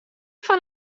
fan